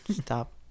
stop